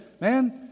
Man